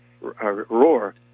roar